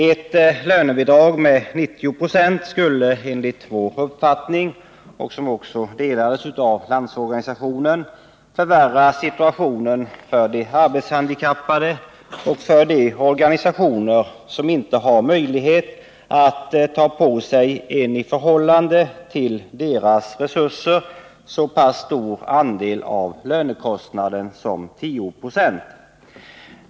Ett lönebidrag med 90 70 skulle enligt vår uppfattning, som också delades av LO, förvärra situationen för de arbetshandikappade och för de organisationer som inte har möjlighet att ta på sig en i förhållande till deras resurser så pass stor andel av lönekostnaden som 10 96.